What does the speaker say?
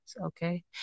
okay